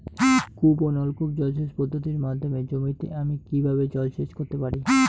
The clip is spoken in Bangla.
কূপ ও নলকূপ জলসেচ পদ্ধতির মাধ্যমে জমিতে আমি কীভাবে জলসেচ করতে পারি?